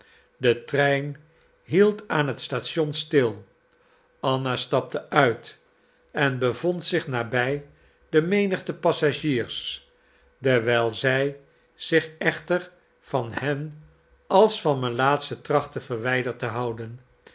de trein hield aan het station stil anna stapte uit en bevond zich nabij de menigte passagiers dewijl zij zich echter van hen als van melaatschen trachtte verwijderd te houden